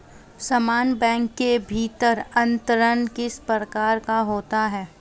समान बैंक के भीतर अंतरण किस प्रकार का होता है?